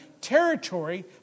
territory